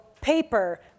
paper